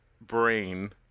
brain